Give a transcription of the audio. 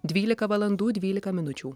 dvylika valandų dvylika minučių